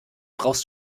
brauchst